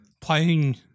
playing